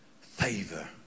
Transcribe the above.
favor